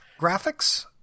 Graphics